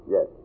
Yes